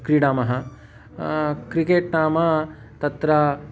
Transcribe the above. क्रीडामः क्रिकेट् नाम तत्र